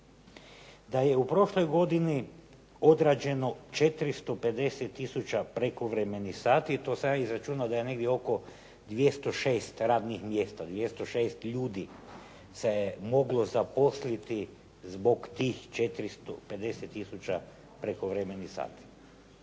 da je u prošloj godini odrađeno 450 tisuća prekovremenih sati. To sam ja izračunao da je negdje oko 206 radnih mjesta, 206 ljudi se moglo zaposliti zbog tih 450 tisuća prekovremenih sati.